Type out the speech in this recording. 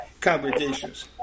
congregations